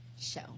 show